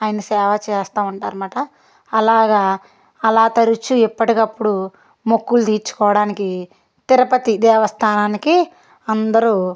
ఆయన సేవ చేస్తూ ఉంటారు అన్నమాట అలాగ అలా తరుచు ఎప్పటికప్పుడు మొక్కులు తీర్చుకోవడానికి తిరుపతి దేవస్థానానికి అందరూ